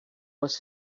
was